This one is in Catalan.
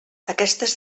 aquestes